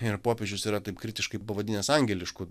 ir popiežius yra taip kritiškai pavadinęs angelišku